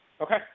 Okay